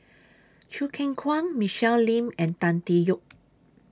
Choo Keng Kwang Michelle Lim and Tan Tee Yoke